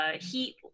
heat